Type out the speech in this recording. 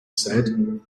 said